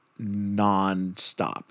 nonstop